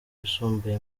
yisumbuye